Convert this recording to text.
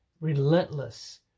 relentless